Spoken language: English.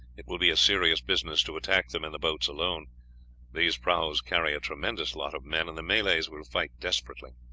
it will be a serious business to attack them in the boats alone these prahus carry a tremendous lot of men, and the malays will fight desperately.